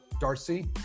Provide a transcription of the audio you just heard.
Darcy